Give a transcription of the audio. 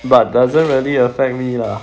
but doesn't really affect me lah